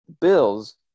Bills